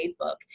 Facebook